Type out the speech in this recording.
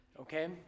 okay